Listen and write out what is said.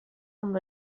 amb